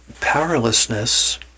powerlessness